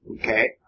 Okay